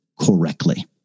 correctly